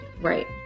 Right